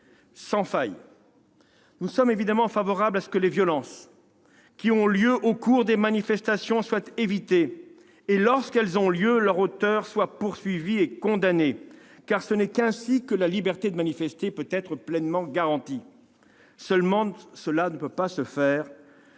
sans faille. Nous sommes évidemment favorables à ce que les violences ayant lieu au cours des manifestations soient évitées et que, lorsqu'elles ont lieu, leurs auteurs soient poursuivis et condamnés, car ce n'est qu'ainsi que la liberté de manifester peut être pleinement garantie. Toutefois, cela ne peut se faire